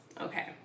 okay